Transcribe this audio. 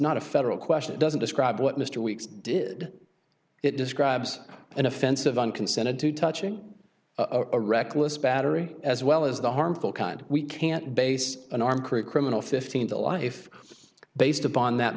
not a federal question it doesn't describe what mr weeks did it describes an offensive and consented to touching a reckless battery as well as the harmful kind we can't base an arm create criminal fifteen to life based upon that